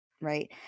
Right